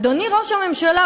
אדוני ראש הממשלה,